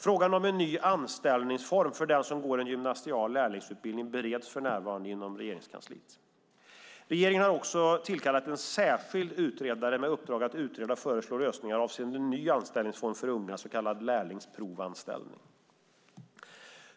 Frågan om en ny anställningsform för den som går en gymnasial lärlingsutbildning bereds för närvarande inom Regeringskansliet. Regeringen har också nyligen tillkallat en särskild utredare med uppdrag att utreda och föreslå lösningar avseende en ny anställningsform för unga, så kallad lärlingsprovanställning.